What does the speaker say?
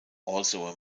also